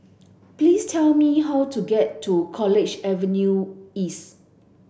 please tell me how to get to College Avenue East